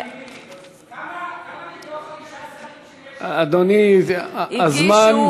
כמה מחמישה שרים שיש, אדוני, זה הזמן,